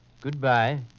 Goodbye